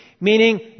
Meaning